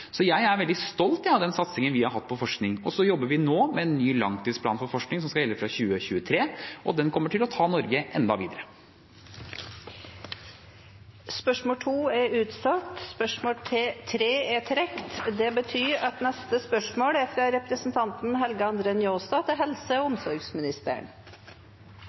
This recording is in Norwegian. Jeg er veldig stolt av den satsingen vi har hatt på forskning. Vi jobber nå med en ny langtidsplan for forskning som skal gjelde fra 2023, og den kommer til å ta Norge videre. Dette spørsmålet er utsatt til neste spørretime, etter anmodning fra statsråden. Dette spørsmålet er trukket tilbake. «I Bremanger kommune i Vestland fylke er